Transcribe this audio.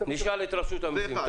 נשאל את רשות המיסים.